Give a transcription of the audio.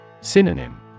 Synonym